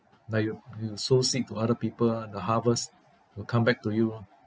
like you you so seek to other people the harvest will come back to you lor